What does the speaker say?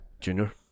Junior